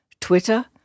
Twitter